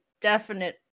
definite